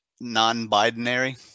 non-binary